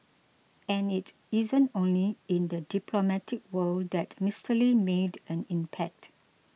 and it isn't only in the diplomatic world that Mister Lee made an impact